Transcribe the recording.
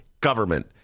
government